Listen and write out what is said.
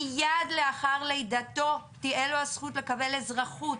מיד לאחר לידתו תהיה לו הזכות לקבל אזרחות,